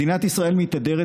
מדינת ישראל מתהדרת,